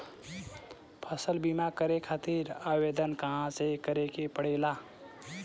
फसल बीमा करे खातिर आवेदन कहाँसे करे के पड़ेला?